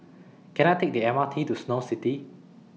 Can I Take The M R T to Snow City